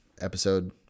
episode